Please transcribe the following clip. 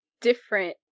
different